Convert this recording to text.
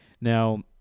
Now